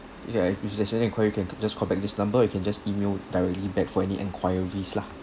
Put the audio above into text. okay if there's any enquiry you can c~ just call back this number you can just email directly back for any inquiries lah